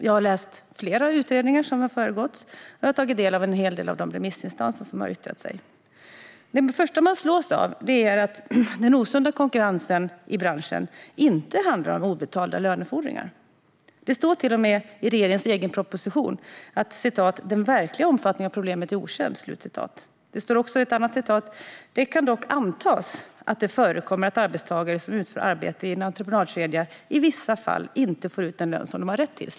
Jag har läst flera utredningar som har gjorts, och jag har tagit del av en hel del av remissinstansernas yttranden. Det första man slås av är att den osunda konkurrensen i branschen inte handlar om obetalda lönefordringar. Det står till och med i regeringens egen proposition att den verkliga omfattningen av problemet är okänd. Det står också: "Det kan dock antas att det förekommer att arbetstagare som utför arbete i en entreprenadkedja i vissa fall inte får ut den lön som de har rätt till."